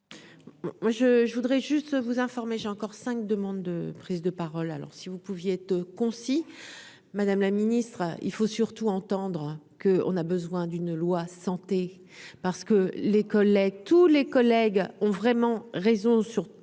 je voudrais juste vous informer, j'ai encore cinq demandes de prise de parole, alors si vous pouviez être concis, Madame la Ministre, il faut surtout entendre que on a besoin d'une loi santé parce que les collègues tous les collègues ont vraiment raison sur